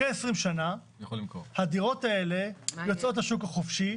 אחרי 20 שנה הדירות האלה יוצאות לשוק החופשי,